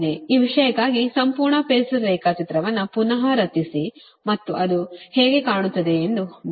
ಈ ವಿಷಯಕ್ಕಾಗಿ ಸಂಪೂರ್ಣ ಫಾಸರ್ ರೇಖಾಚಿತ್ರವನ್ನು ಪುನಃ ರಚಿಸಿ ಮತ್ತು ಇದು ಹೇಗೆ ಕಾಣುತ್ತದೆ ಎಂದು ನೋಡಿ